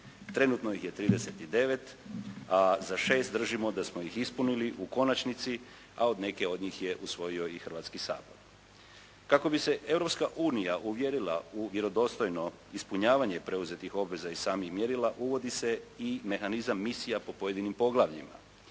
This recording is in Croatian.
Trenutno ih je 39, a za 6 držimo da smo ih ispunili u konačnici, a od neke od njih je usvojio i Hrvatski sabor. Kako bi se Europska unija uvjerila u vjerodostojno ispunjavanje preuzetnih obveza i samih mjerila uvodi se i mehanizam misija po pojedinim poglavljima.